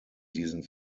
diesen